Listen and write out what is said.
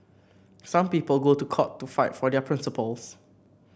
some people go to court to fight for their principles